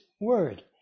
Word